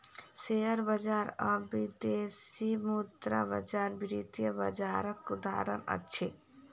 share बजार आ विदेशी मुद्रा बजार वित्तीय बजारक उदाहरण अछि